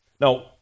Now